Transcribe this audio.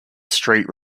street